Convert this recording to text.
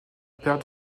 père